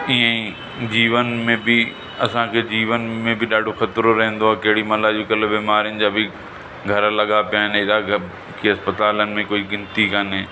ईंअ ई जीवन में बि असांखे जीवन में बि ॾाढो ख़तरो रहंदो आहे कहिड़ी महिल अॼुकल्ह बीमारियुनि जा बि घर लॻा पिया आहिनि अहिड़ा क कि इस्पतालनि में कोई गिनती काने